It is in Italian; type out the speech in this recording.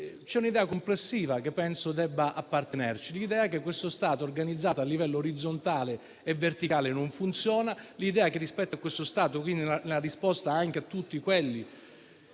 C'è un'idea complessiva, che penso debba appartenerci: l'idea che questo Stato organizzato a livello orizzontale e verticale non funziona, l'idea che, rispetto a questo Stato, sia necessario dare una